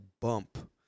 bump